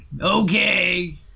okay